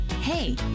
Hey